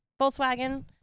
volkswagen